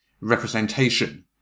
representation